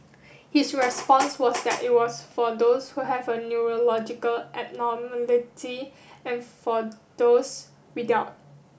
his response was that it was for those who have a neurological abnormality and for those without